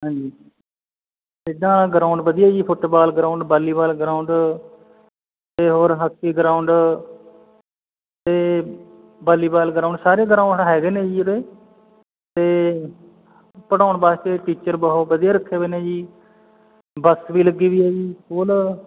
ਹਾਂਜੀ ਇਹਦਾ ਗਰਾਊਂਡ ਵਧੀਆ ਜੀ ਫੁੱਟਬਾਲ ਗਰਾਊਂਡ ਵਾਲੀਬਾਲ ਗਰਾਊਂਡ ਅਤੇ ਹੋਰ ਹਾਕੀ ਗਰਾਊਂਡ ਅਤੇ ਵਾਲੀਬਾਲ ਗਰਾਊਂਡ ਸਾਰੇ ਗਰਾਊਂਡ ਹੈਗੇ ਨੇ ਜੀ ਉਰੇ ਅਤੇ ਪੜ੍ਹਾਉਣ ਵਾਸਤੇ ਟੀਚਰ ਬਹੁਤ ਵਧੀਆ ਰੱਖੇ ਵੇ ਨੇ ਜੀ ਬੱਸ ਵੀ ਲੱਗੀ ਵੀ ਹੈ ਜੀ ਸਕੂਲ